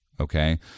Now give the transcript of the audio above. okay